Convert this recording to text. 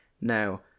Now